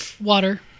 Water